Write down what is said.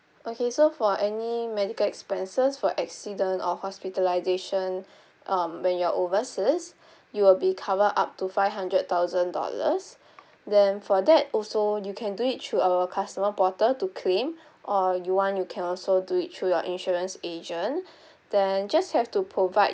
okay so for any medical expenses for accident or hospitalisation um when you're overseas you will be covered up to five hundred thousand dollars then for that also you can do it through our customer portal to claim or you want you can also do it through your insurance agent then just have to provide